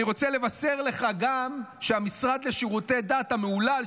אני רוצה לבשר לך גם שהמשרד לשירותי דת המהולל,